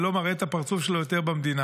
ולא מראה את הפרצוף שלו יותר במדינה.